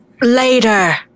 Later